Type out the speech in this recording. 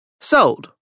Sold